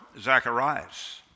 Zacharias